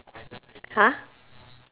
!huh!